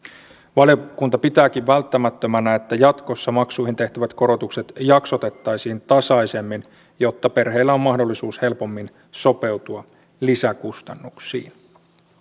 valiokunta pitääkin välttämättömänä että jatkossa maksuihin tehtävät korotukset jaksotettaisiin tasaisemmin jotta perheillä on mahdollisuus helpommin sopeutua lisäkustannuksiin